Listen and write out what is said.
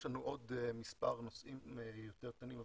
יש לנו עוד מספרים נושאים יותר קטנים,